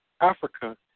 Africa